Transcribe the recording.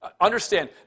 Understand